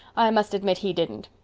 i must admit he didn't.